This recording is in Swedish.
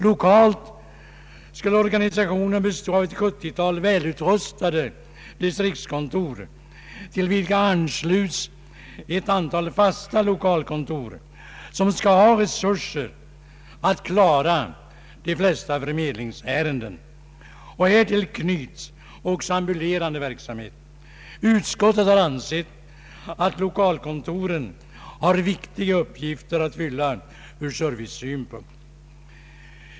Lokalt skulle organisationen bestå av ett 70 tal välutrustade distriktskontor, till vilka ansluts ett antal fasta lokalkontor som skall ha resurser att klara de flesta förmedlingsärenden. Härtill knyts också ambulerande verksamhet. Utskottet har ansett att lokalkontoren har viktiga uppgifter att fylla från servicesynpunkt.